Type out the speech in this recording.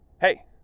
Hey